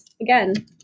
again